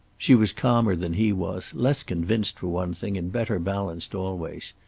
she was calmer than he was, less convinced for one thing, and better balanced always.